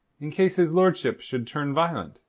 in case his lordship should turn violent,